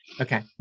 Okay